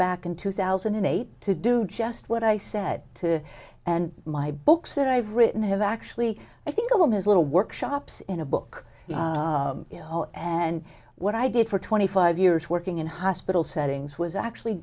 back in two thousand and eight to do just what i said to and my books that i've written have actually i think of them as little workshops in a book and what i did for twenty five years working in hospital settings was actually